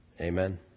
Amen